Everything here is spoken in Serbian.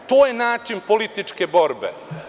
To je način političke borbe.